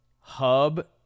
hub